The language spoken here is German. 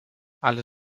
alle